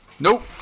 Nope